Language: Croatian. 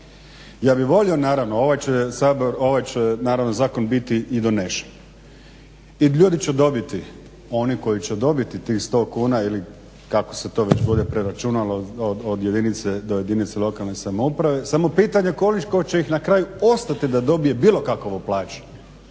Ja bih volio naravno, ovaj će naravno zakon biti i donesen. I ljudi će dobiti, oni koji će dobiti tih 100 kuna ili kako se to već bolje preračunalo od jedinice do jedinice lokalne samouprave samo je pitanje koliko će ih na kraju ostati da dobije bilo kakvu plaću?